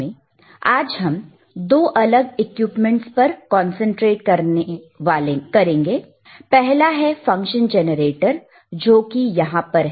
आज हम दो अलग इक्विपमेंट्स पर कंसंट्रेट करेंगे पहला है फंक्शन जेनरेटर जो कि यहां पर है